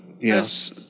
yes